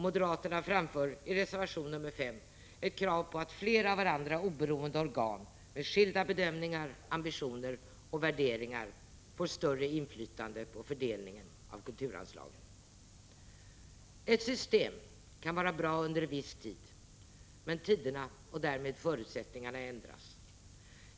Moderaterna framför i reservation nr 5 dessutom ett krav på att fler av varandra oberoende organ med skilda bedömningar, ambitioner och värderingar får större inflytande på fördelningen av kulturanslagen. Ett system kan vara bra under en viss tid, men tiderna och därmed förutsättningarna ändras.